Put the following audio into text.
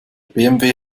bmw